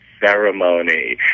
ceremony